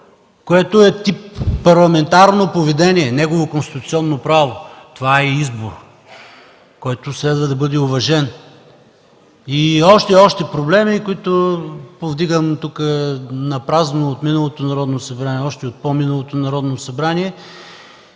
което е тип парламентарно поведение, негово конституционно право. Това е избор, който следва да бъде уважен. И още, и още проблеми, които повдигам напразно от миналото Народно събрание, и още от по-миналото Народно събрание.